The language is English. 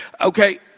Okay